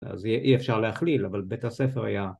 ‫אז אי אפשר להכליל, ‫אבל בית הספר היה...